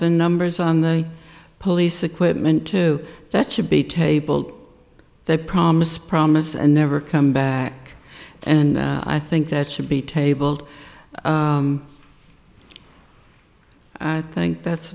bethen numbers on the police equipment to that should be tabled they promise promise and never come back and i think that should be tabled i think that's